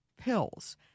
pills